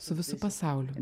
su visu pasauliu